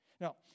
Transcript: Now